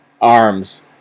arms